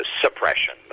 suppression